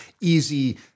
easy